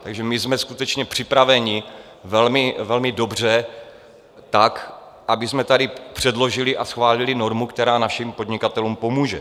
Takže my jsme skutečně připraveni velmi dobře tak, abychom tady předložili a schválili normu, která našim podnikatelům pomůže.